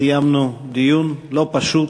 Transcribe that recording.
סיימנו דיון לא פשוט,